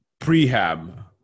prehab